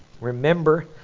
remember